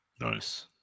Nice